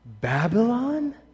Babylon